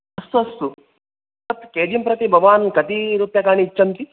अस्तु अस्तु तत् केजीम् प्रति भवान् कति रूप्यकाणि इच्छन्ति